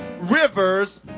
rivers